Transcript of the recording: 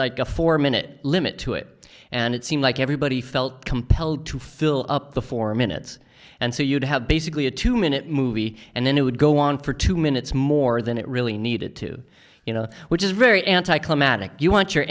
was a four minute limit to it and it seemed like everybody felt compelled to fill up the four minutes and so you'd have basically a two minute movie and then it would go on for two minutes more than it really needed to you know which is very anti climactic you want your